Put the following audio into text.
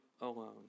alone